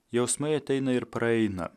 jausmai ateina ir praeina